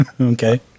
Okay